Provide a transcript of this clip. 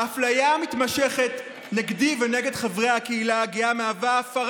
האפליה המתמשכת נגדי ונגד חבריי לקהילה הגאה מהווה הפרה